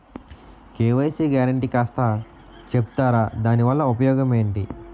KYC guarantee కాస్త చెప్తారాదాని వల్ల ఉపయోగం ఎంటి?